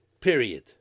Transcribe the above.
Period